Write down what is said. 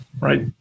right